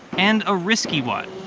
and a risky one.